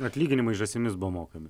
atlyginimai žąsimis buvo mokami